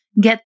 get